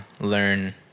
learn